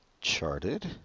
Charted